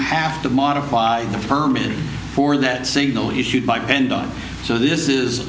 have to modify the permit for that single issued by and so this is